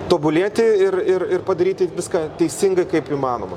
tobulėti ir ir ir padaryti viską teisingai kaip įmanoma